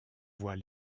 voient